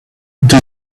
due